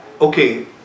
Okay